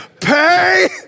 Pay